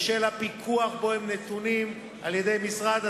בשל הפיקוח שבו הם נתונים על-ידי משרד התעשייה,